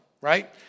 Right